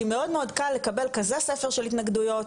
כי מאוד מאוד קל לקבל כזה ספר של התנגדויות,